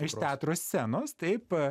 iš teatro scenos taip